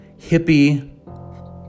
hippie